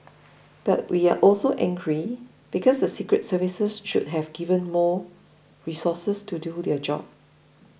but we are also angry because the secret services should have been give more resources to do their job